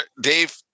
Dave